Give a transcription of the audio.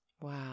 Wow